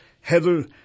Heather